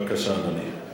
בבקשה, אדוני.